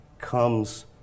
comes